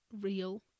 real